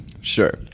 Sure